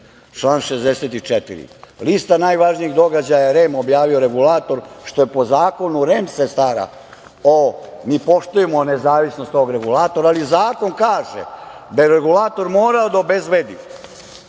član 64. lista najvažnijih događaja, REM objavio regulator, što je po zakonu. REM se stara, mi poštujemo nezavisnost tog regulatora, ali zakon kaže da regulator mora da obezbedi